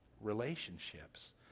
relationships